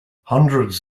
hundreds